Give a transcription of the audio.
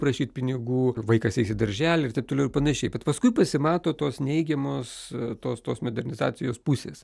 prašyt pinigų vaikas eis į darželį ir taip toliau ir panašiai bet paskui pasimato tos neigiamos tos tos modernizacijos pusės